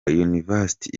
university